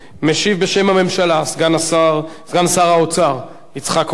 משיב בשם הממשלה סגן שר האוצר יצחק כהן,